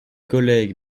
collègues